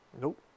Nope